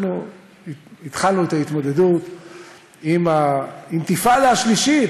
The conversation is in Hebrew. אנחנו התחלנו את ההתמודדות עם האינתיפאדה השלישית,